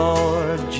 Lord